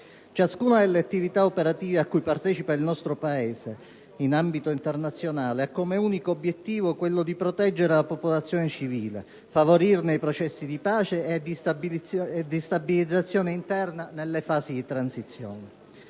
Ciascuna delle attività operative a cui partecipa il nostro Paese in ambito internazionale ha come unico obiettivo quello di proteggere la popolazione civile, favorire i processi di pace e di stabilizzazione interna nella fase di transizione.